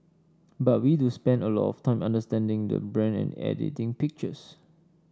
but we do spend a lot of time understanding the brand and editing pictures